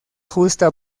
justa